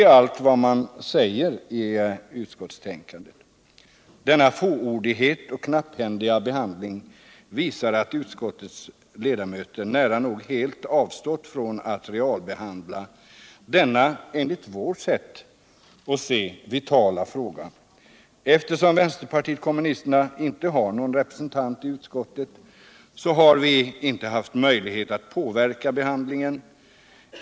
Denna fåordighet och knapphändiga behandling visar att utskottets Iedamöter nära nog helt avstått från att realbehandla denna, enligt vårt sätt att sc, vitala fråga. Eftersom vänsterpartiet kommunisterna inte har någon representant i utskottet har vi inte haft möjlighet att påverka behandlingen.